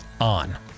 on